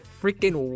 freaking